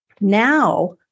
Now